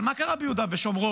אבל מה קרה ביהודה ושומרון